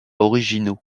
originaux